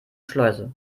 schleuse